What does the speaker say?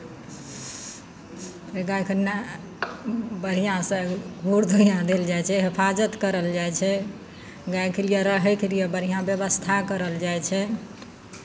गायके न बढ़िआँसँ घूर धुइआँ देल जाइ छै हिफाजत करल जाइ छै गायके लिए रहयके लिए बढ़िआँ व्यवस्था करल जाइ छै